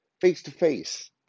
face-to-face